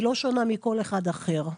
שהיא לא שונה מכל אחד אחר.